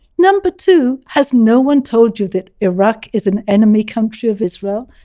number two has no one told you that iraq is an enemy country of israel?